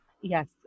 Yes